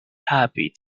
happy